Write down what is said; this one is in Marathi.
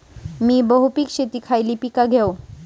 मी बहुपिक शेतीत खयली पीका घेव?